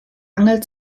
angel